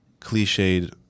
cliched